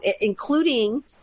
including